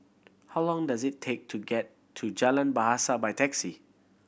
how long does it take to get to Jalan Bahasa by taxi